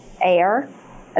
air